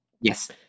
yes